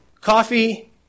Coffee